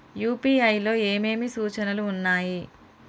UPI లో ఏమేమి సూచనలు ఉన్నాయి?